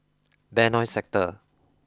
Benoi Sector